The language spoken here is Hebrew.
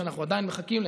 שאנחנו עדיין מחכים להם,